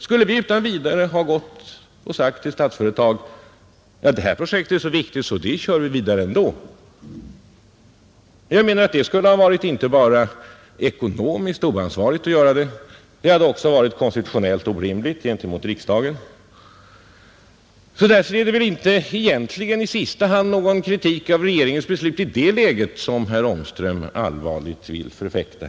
Skulle vi i det läget ha sagt till Statsföretag: Det här projektet är så viktigt att det kör vi vidare med ändå? Jag menar att det inte bara skulle ha varit ekonomiskt oansvarigt, utan det skulle också ha varit konstitutionellt orimligt att handla så gentemot riksdagen. Därför är det väl inte egentligen i sista hand någon kritik av regeringsbeslutet i det läget som herr Ångström allvarligt vill förfäkta.